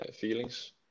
feelings